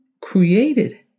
created